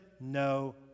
no